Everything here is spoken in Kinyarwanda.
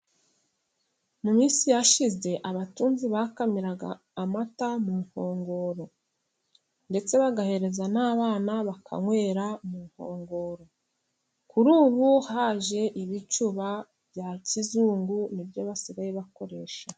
Mu minsi yashize abatunzi bakamiraga amata mu nkongoro, ndetse bagahereza n'abana bakanywera mu nkongoro, kuri ubu haje ibicuba bya kizungu nibyo basigaye bakoresha.